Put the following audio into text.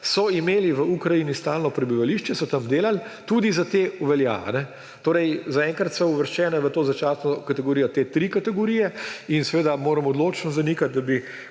so imeli v Ukrajini stalno prebivališče, so tam delali, tudi za te velja. Torej, zaenkrat so uvrščene v to začasno kategorijo te tri kategorije in moram odločno zanikati,